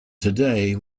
today